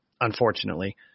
unfortunately